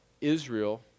Israel